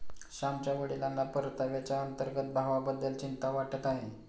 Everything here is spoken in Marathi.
श्यामच्या वडिलांना परताव्याच्या अंतर्गत भावाबद्दल चिंता वाटत आहे